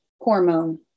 hormone